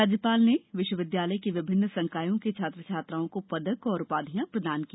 राज्यपाल ने विश्वविद्यालय के विभिन्न संकायों के छात्र छात्राओं को पदक एवं उपाधियां प्रदान की